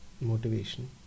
motivation